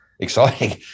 Exciting